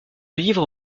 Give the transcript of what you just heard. livre